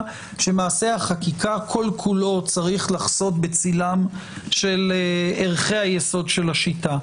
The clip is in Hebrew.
שמעשה החקיקה כל כולו צריך לחסות בצילם של ערכי היסוד של השיטה.